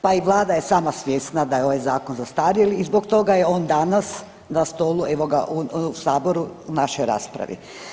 Pa i Vlada je sama svjesna da je ovaj zakon zastarjeli i zbog toga je on danas na stolu u saboru u našoj raspravi.